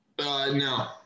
no